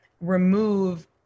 remove